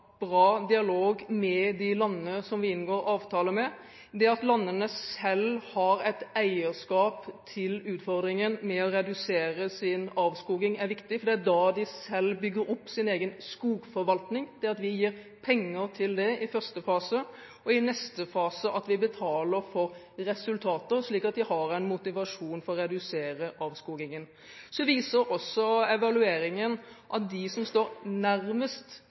et eierskap til utfordringen med å redusere sin avskoging, er viktig, for det er da de selv bygger opp sin egen skogforvaltning – det at vi gir penger til det i første fase, og i neste fase at vi betaler for resultater, slik at de har en motivasjon for å redusere avskogingen. Så viser evalueringen at de som står nærmest